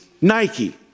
Nike